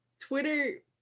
twitter